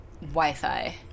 Wi-Fi